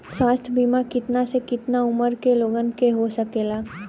स्वास्थ्य बीमा कितना से कितना उमर के लोगन के हो सकेला?